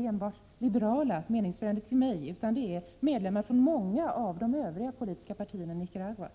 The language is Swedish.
enbart fråga om liberala meningsfränder till mig, utan också om medlemmar i många av de övriga politiska partierna i Nicaragua.